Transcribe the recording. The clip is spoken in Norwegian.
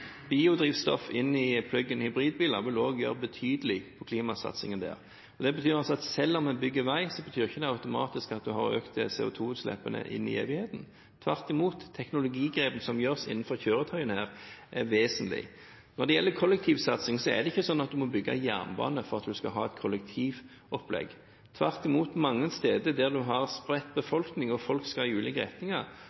Biodrivstoff inn i pluggen i hybridbiler vil også være en betydelig innsats for klimaet. Selv om en bygger vei, betyr ikke det at en automatisk øker CO2-utslippene inn i evigheten. Tvert imot, teknologigrepene som gjøres når det gjelder kjøretøyene, er vesentlige. Når det gjelder kollektivsatsing, er det ikke slik at en må bygge jernbane for å ha et kollektivopplegg. Tvert imot, mange steder der en har spredt